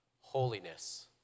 holiness